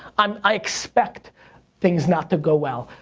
um i expect things not to go well.